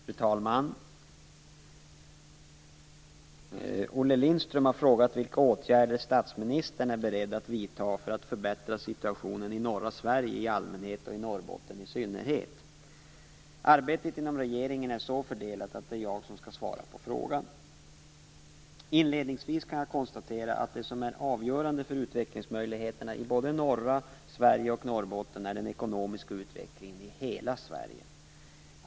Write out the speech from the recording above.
Fru talman! Olle Lindström har frågat vilka åtgärder statsministern är beredd att vidta för att förbättra situationen i norra Sverige i allmänhet och i Norrbotten i synnerhet. Arbetet inom regeringen är så fördelat att det är jag som skall svara på frågan. Inledningsvis kan jag konstatera att det som är avgörande för utvecklingsmöjligheterna i både norra Sverige och Norrbotten är den ekonomiska utvecklingen i hela Sverige.